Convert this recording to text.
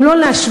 אם לא להשוות,